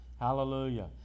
Hallelujah